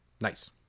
Nice